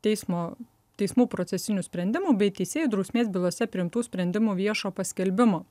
teismo teismų procesinių sprendimų bei teisėjų drausmės bylose priimtų sprendimų viešo paskelbimo